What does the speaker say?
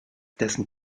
dessen